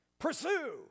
Pursue